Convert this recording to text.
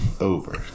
over